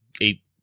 eight